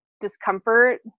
discomfort